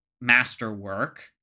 masterwork